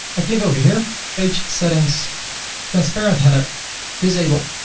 i click over here page settings transparent header disable,